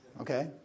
okay